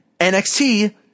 nxt